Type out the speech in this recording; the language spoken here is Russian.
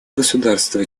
государства